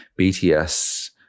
BTS